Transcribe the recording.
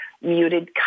muted